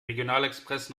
regionalexpress